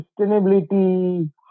sustainability